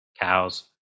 cows